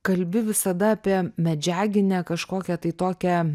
kalbi visada apie medžiaginę kažkokią tai tokią